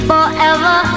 Forever